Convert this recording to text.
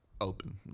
open